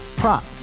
prop